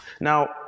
Now